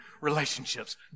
relationships